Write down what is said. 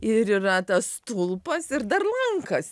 ir yra tas stulpas ir dar lankas